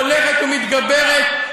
הולכת ומתגברת,